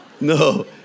No